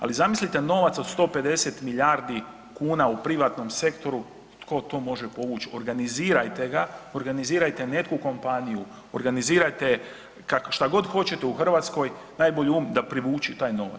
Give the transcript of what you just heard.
Ali zamislite novac od 150 milijardi kuna u privatnom sektoru tko to može povuć, organizirajte ga, organizirajte neku kompaniju, organizirajte šta god hoćete u Hrvatskoj, najbolji um da privuče taj novac.